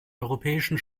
europäischen